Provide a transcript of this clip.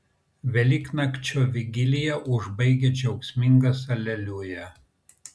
velyknakčio vigiliją užbaigia džiaugsmingas aleliuja